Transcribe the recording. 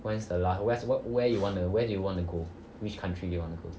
once the la~ where's where you wanna where do you want to go which country you want to go to